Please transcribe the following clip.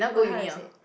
what how do I say it